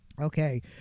Okay